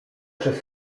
przez